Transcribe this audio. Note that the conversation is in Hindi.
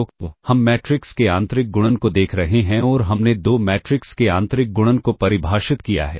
तो हम मैट्रिक्स के आंतरिक गुणन को देख रहे हैं और हमने दो मैट्रिक्स के आंतरिक गुणन को परिभाषित किया है